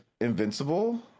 Invincible